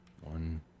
One